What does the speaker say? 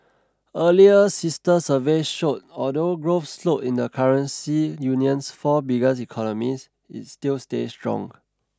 earlier sister surveys showed although growth slowed in the currency union's four biggest economies it still stayed strong